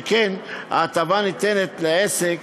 שכן ההטבה ניתנת לעסק,